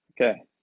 Okay